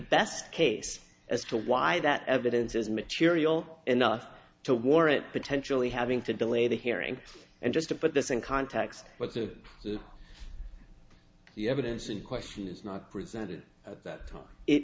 best case as to why that evidence is material enough to warrant potentially having to delay the hearing and just to put this in context but the evidence in question is not presented at that time it